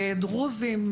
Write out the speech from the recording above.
דרוזים,